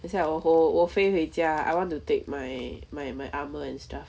等下我我我飞回家 I want to take my my my armour and stuff